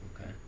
okay